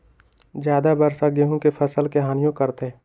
ज्यादा वर्षा गेंहू के फसल के हानियों करतै?